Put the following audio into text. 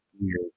weird